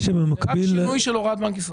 זה רק שינוי של הוראת בנק ישראל.